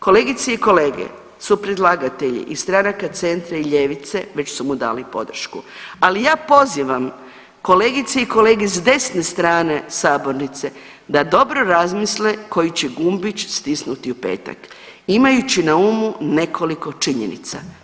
Kolegice i kolege su predlagatelji iz stranaka Centra i ljevice već su mu dali podršku, ali ja pozivam kolegice i kolege s desne strane sabornice da dobro razmisle koji će gumbić stisnuti u petak imajući na umu nekoliko činjenica.